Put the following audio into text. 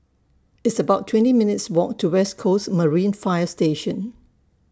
It's about twenty minutes' Walk to West Coast Marine Fire Station